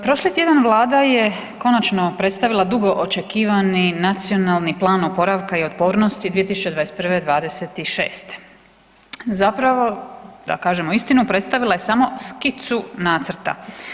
Prošli tjedan Vlada je konačno predstavila dugo očekivani Nacionalni plan oporavka i otpornosti 2021.-2026., zapravo da kažemo istinu predstavila je samo skicu nacrta.